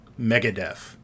megadeth